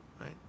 Right